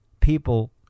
people